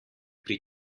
pri